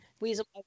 weasel